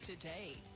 today